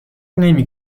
نمی